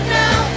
now